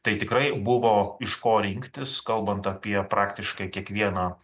tai tikrai buvo iš ko rinktis kalbant apie praktiškai kiekvieną